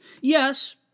Yes